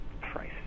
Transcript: price